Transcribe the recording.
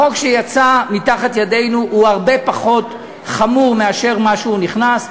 החוק שיצא מתחת ידינו הוא הרבה פחות חמור משהיה כשהוא נכנס.